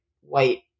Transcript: white